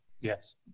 Yes